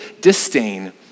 disdain